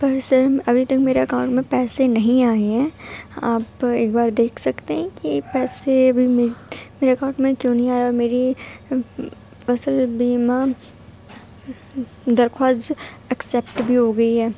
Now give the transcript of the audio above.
پر sir ابھی تک میرے اکاؤنٹ میں پیسے نہیں آئے ہیں آپ ایک بار دیکھ سکتے ہیں کہ پیسے ابھی میر میرے اکاؤنٹ میں کیوں نہیں آئے اور میری فصل بیما درخواست ایکسیپٹ بھی ہو گئی ہے